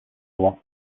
droit